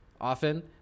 often